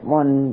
one